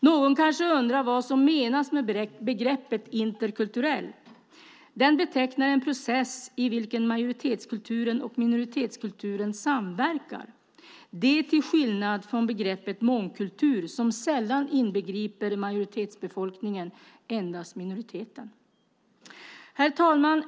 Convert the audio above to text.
Någon kanske undrar vad som menas med begreppet "interkulturell". Det betecknar en process i vilken majoritetskulturen och minoritetskulturen samverkar till skillnad från begreppet "mångkultur" som sällan inbegriper majoritetsbefolkningen, endast minoriteten. Herr talman!